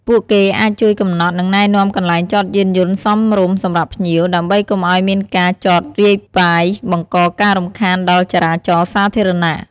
ពួកគេអាចជួយកំណត់ និងណែនាំកន្លែងចតយានយន្តសមរម្យសម្រាប់ភ្ញៀវ ដើម្បីកុំឱ្យមានការចតរាយប៉ាយបង្កការរំខានដល់ចរាចរណ៍សាធារណៈ។